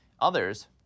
Others